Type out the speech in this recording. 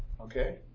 Okay